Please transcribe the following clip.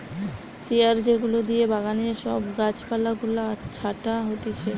শিয়ার যেগুলা দিয়ে বাগানে সব গাছ পালা গুলা ছাটা হতিছে